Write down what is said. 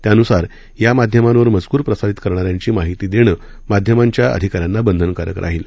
त्या नुसार या माध्यमांवर मजक्र प्रसारित करणाऱ्यांची माहिती देणं माध्यमांच्या अधिकाऱ्यांना बंधनकारक राहील